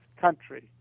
country